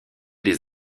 des